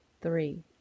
Three